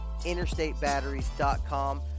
interstatebatteries.com